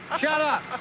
shut up!